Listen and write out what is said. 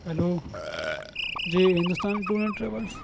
hello جی Hindustan tour and travels